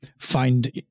find